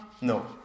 No